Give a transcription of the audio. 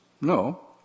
No